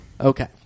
Okay